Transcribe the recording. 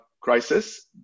crisis